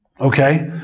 Okay